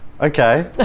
Okay